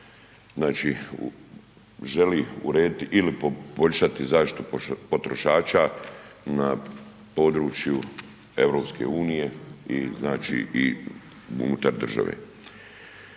znači želi urediti ili poboljšati zaštitu potrošača na području EU i znači i unutar države.